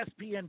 ESPN